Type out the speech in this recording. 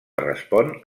respon